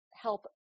help